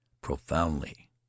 profoundly